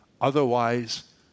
Otherwise